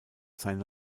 seine